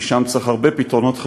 כי שם צריך הרבה פתרונות חריגים,